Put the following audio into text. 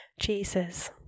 Jesus